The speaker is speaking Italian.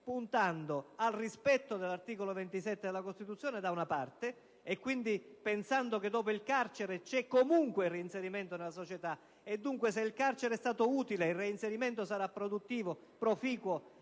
puntando al rispetto dell'articolo 27 della Costituzione e, quindi, pensando che dopo il carcere c'è comunque il reinserimento nella società. Se il carcere è stato utile, il reinserimento sarà produttivo, proficuo